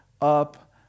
Up